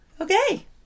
Okay